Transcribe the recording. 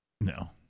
No